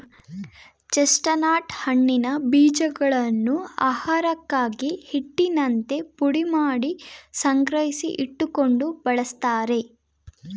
chestnut ಹಣ್ಣಿನ ಬೀಜಗಳನ್ನು ಆಹಾರಕ್ಕಾಗಿ, ಹಿಟ್ಟಿನಂತೆ ಪುಡಿಮಾಡಿ ಸಂಗ್ರಹಿಸಿ ಇಟ್ಟುಕೊಂಡು ಬಳ್ಸತ್ತರೆ